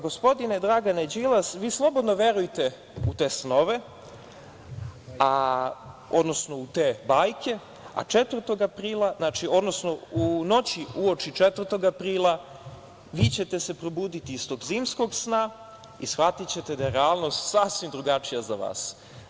Gospodine Dragane Đilas, vi slobodno verujte u te snove, odnosno u te bajke, a 4. aprila, odnosno u noći uoči 4. aprila vi ćete se probuditi iz tog zimskog sna i shvatićete da je relanost sasvim drugačija za vas.